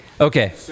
Okay